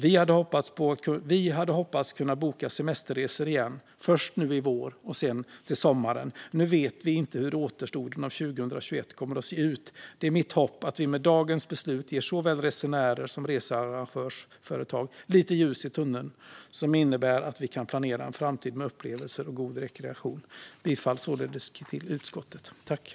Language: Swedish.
Vi hade hoppats att kunna boka semesterresor igen, först nu i vår och sedan till sommaren. Nu vet vi inte hur återstoden av 2021 kommer att se ut. Det är mitt hopp att vi med dagens beslut ger såväl resenärer som researrangörsföretag lite ljus i tunneln som innebär att vi kan planera en framtid med upplevelser och god rekreation. Jag yrkar således bifall till utskottets förslag.